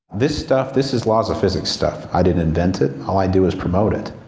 this stuff, this is laws of physics stuff. i didn't invent it. all i do is promote it.